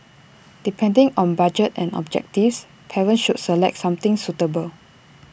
depending on budget and objectives parents should select something suitable